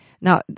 Now